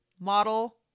model